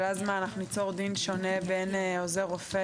אבל אז ניצור דין שונה בין עוזר רופא,